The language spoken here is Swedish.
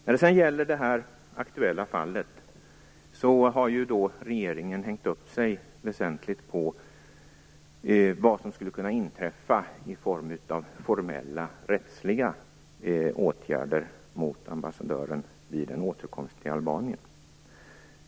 När det sedan gäller det aktuella fallet har regeringen hängt upp sig väsentligt på vad som skulle kunna inträffa i form av formella rättsliga åtgärder mot ambassadören vid en återkomst till Albanien.